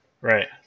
Right